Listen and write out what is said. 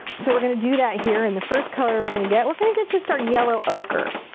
so, we're gonna do that here and the first color we're gonna get. we're gonna get just our yellow ocher.